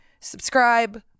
subscribe